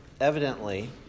Evidently